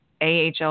AHL